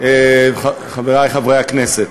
חברי חברי הכנסת,